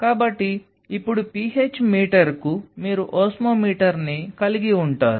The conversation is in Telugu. కాబట్టి ఇప్పుడు PH మీటర్కు మీరు ఓస్మోమీటర్ని కలిగి ఉంటారు